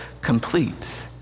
complete